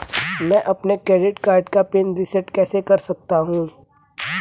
मैं अपने credit card का पिन रिसेट कैसे कर सकता हूँ?